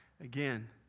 again